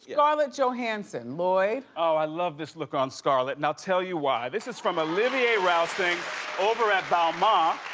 yeah scarlett johansson, lloyd. oh, i love this look on scarlett. and, i'll tell you why. this is from olivier rousteing over at but um um